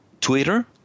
Twitter